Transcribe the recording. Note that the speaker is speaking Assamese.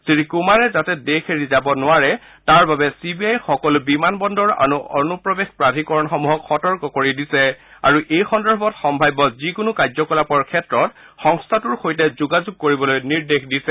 শ্ৰীকুমাৰে যাতে দেশ এৰি যাব নোৱাৰে তাৰ বাবে চি বি আয়ে সকলো বিমান বন্দৰ আৰু অনুপ্ৰৱেশ প্ৰাধীকৰণসমূহক সতৰ্ক কৰি দিছে আৰু এই সন্দৰ্ভত সম্ভাৱ্য যিকোনো কাৰ্যকলাপৰ ক্ষেত্ৰত সংস্থাটোৰ সৈতে যোগাযোগ কৰিবলৈ নিৰ্দেশ দিছে